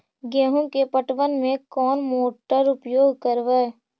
गेंहू के पटवन में कौन मोटर उपयोग करवय?